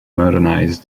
modernize